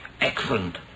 Excellent